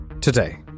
Today